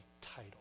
title